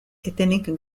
etenik